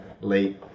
late